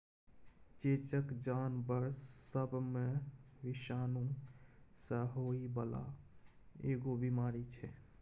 चेचक जानबर सब मे विषाणु सँ होइ बाला एगो बीमारी छै